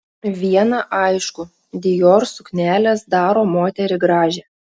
viena aišku dior suknelės daro moterį gražią